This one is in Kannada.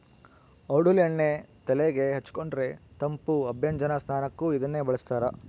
ಔಡಲ ಎಣ್ಣೆ ತೆಲೆಗೆ ಹಚ್ಚಿಕೊಂಡರೆ ತಂಪು ಅಭ್ಯಂಜನ ಸ್ನಾನಕ್ಕೂ ಇದನ್ನೇ ಬಳಸ್ತಾರ